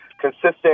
consistent